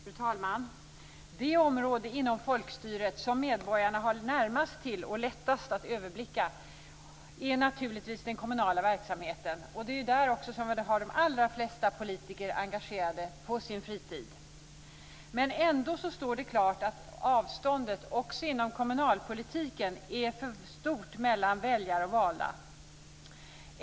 Fru talman! Det område inom folkstyret som medborgarna har närmast till och lättast att överblicka är naturligtvis den kommunala verksamheten. Det är också där som de allra flesta politiker är engagerade på sin fritid. Ändå står det klart att avståndet också inom kommunalpolitiken är för stort mellan väljare och valda.